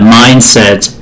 mindset